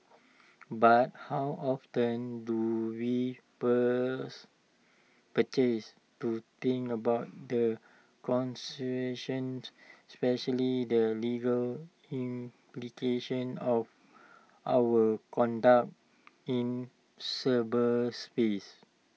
but how often do we pause to think about the especially their legal implications of our conduct in cyberspace